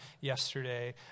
yesterday